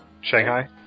Shanghai